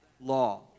law